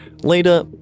Later